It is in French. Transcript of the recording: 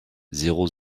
zéro